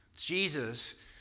Jesus